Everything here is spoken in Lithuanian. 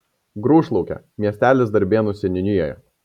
grūšlaukė miestelis darbėnų seniūnijoje